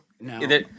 No